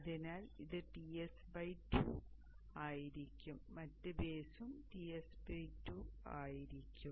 അതിനാൽ ഇത് Ts 2 ആയിരിക്കും മറ്റ് ബേസും Ts 2 ആയിരിക്കും